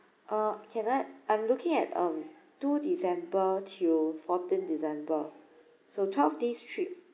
uh can I I'm looking at um two december to fourteenth december so twelve days trip